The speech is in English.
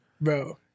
Bro